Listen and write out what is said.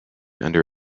under